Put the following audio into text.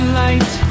light